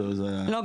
הרי זה --- לא,